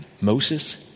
Moses